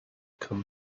come